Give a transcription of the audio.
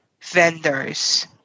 vendors